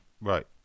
right